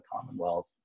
Commonwealth